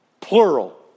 plural